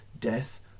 death